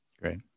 Great